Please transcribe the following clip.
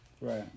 Right